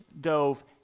dove